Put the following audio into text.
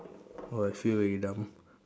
oh I feel very dumb